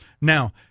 Now